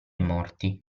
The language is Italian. morti